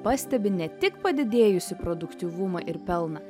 pastebi ne tik padidėjusį produktyvumą ir pelną